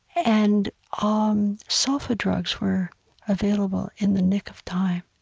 and ah um sulfa drugs were available in the nick of time.